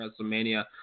WrestleMania